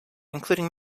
including